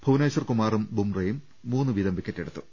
ഭുവനേശ്വർ കുമാറും ബുംറയും മൂന്നു വീതം വിക്കറ്റെ ടുത്തു